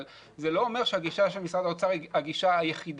אבל זה לא אומר שהגישה של משרד האוצר היא הגישה היחידה.